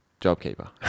JobKeeper